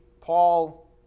Paul